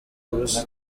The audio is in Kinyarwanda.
ubusa